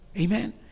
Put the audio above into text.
Amen